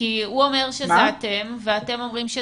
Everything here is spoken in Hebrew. למה אתם מערבבים את